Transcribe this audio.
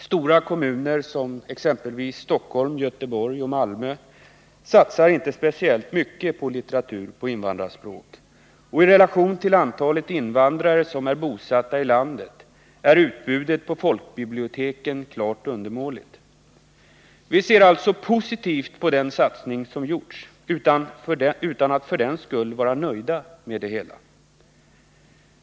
Stora kommuner som t.ex. Stockholm, Göteborg och Malmö satsar inte speciellt mycket på litteratur på invandrarspråk. Och i relation till antalet invandrare som är bosatta i landet är utbudet på folkbiblioteken klart undermåligt. Vi ser alltså positivt på den satsning som gjorts, utan att för den skull vara nöjda med det hela.